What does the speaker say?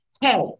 Hey